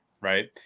right